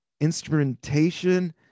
instrumentation